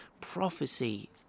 prophecy